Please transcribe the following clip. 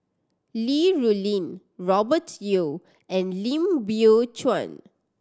Li Rulin Robert Yeo and Lim Biow Chuan